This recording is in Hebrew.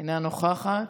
אינה נוכחת.